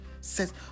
says